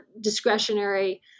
discretionary